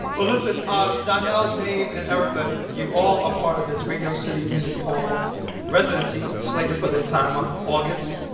well, listen, ah donnell, dave and erykah, you all are ah part of this radio city music hall residency slated for the entire month of august.